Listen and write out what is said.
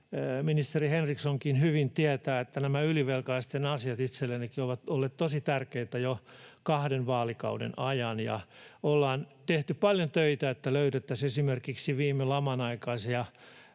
ministeri Henrikssonkin hyvin tietää, että nämä ylivelkaisten asiat itsellenikin ovat olleet tosi tärkeitä jo kahden vaalikauden ajan, ja ollaan tehty paljon töitä, että löydettäisiin esimerkiksi viime laman aikana